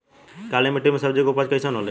काली मिट्टी में सब्जी के उपज कइसन होई?